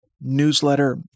newsletter